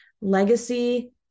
legacy